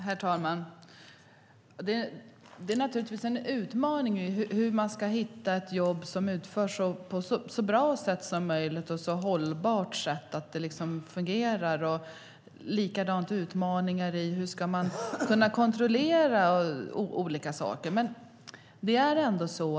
Herr talman! Det är naturligtvis en utmaning att hitta ett jobb som utförs på ett så bra och hållbart sätt som möjligt så att det fungerar. På samma sätt finns det utmaningar när det gäller hur man ska kunna kontrollera olika saker.